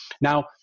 Now